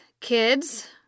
kids